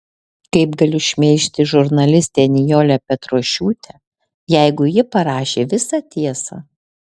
kaip galiu šmeižti žurnalistę nijolę petrošiūtę jeigu ji parašė visą tiesą